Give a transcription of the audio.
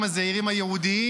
והערוצים הזעירים הייעודיים,